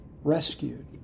rescued